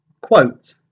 Quote